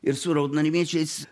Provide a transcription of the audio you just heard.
ir su raudonarmiečiais